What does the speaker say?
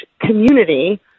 community